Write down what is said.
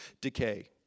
decay